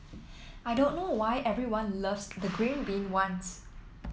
I don't know why everyone loves the green bean ones